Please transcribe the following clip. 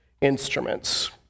instruments